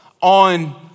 on